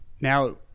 Now